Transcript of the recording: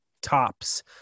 tops